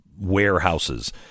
warehouses